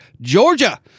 Georgia